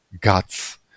guts